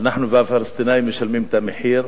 אני אתחיל מהאמירה: